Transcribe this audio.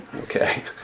Okay